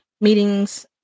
meetings